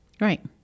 Right